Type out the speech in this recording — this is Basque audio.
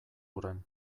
hurren